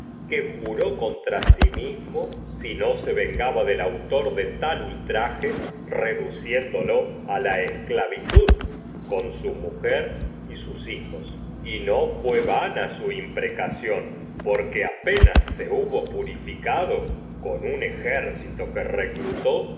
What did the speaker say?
que autor juró contra si mismo si no se vengaba del de tal ultraje reduciéndolo a la esclavitud con su mujer que y sus hijos y no fué se vana su imprecación por apenas hubo purificado con un ejército que reelutó